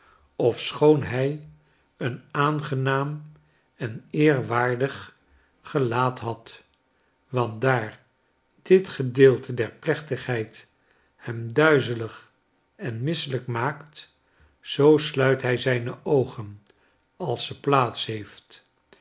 ofschoon hlj een aangenaam en eerwaardig gelaat had want daar dit gedeelte derplechtigheid hem duizelig enmisselijkmaakt zoo sluit hij zijne oogen als ze plaats heeft